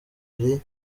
ari